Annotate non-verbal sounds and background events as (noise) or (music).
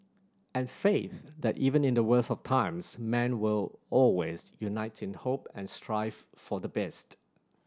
and faith that even in the worst of times man will always unite in the hope and strive (unintelligible) for the best